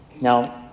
Now